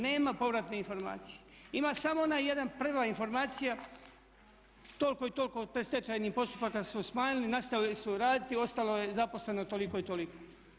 Nema povratne informacije ima samo ona jedna, prva informacija, toliko i toliko stečajnih postupaka su smanjili, nastavili su raditi, ostalo je zaposleno toliko i toliko.